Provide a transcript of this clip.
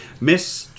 Miss